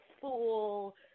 fool